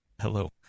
Hello